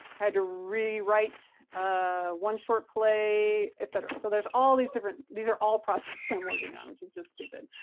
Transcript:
had to rewrite ah one short play, etc. so there's all these different, these are all projects that i'm working on which is just stupid.